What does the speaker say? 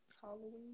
Halloween